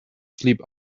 sleep